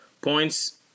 points